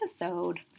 episode